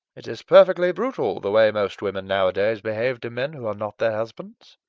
it is perfectly brutal the way most women nowadays behave to men who are not their husbands.